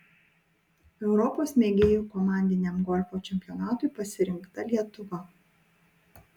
europos mėgėjų komandiniam golfo čempionatui pasirinkta lietuva